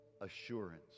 assurance